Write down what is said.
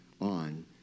on